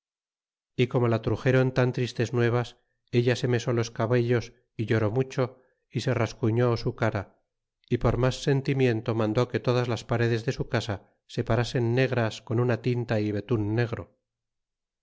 é como la truxéron tan tristes nuevas ella se mesó los cabellos é lloró mucho é se rascuill su cara é por mas sentimiento mandó que todas las paredes de su casa se parasen negras con una tinta y vetun negro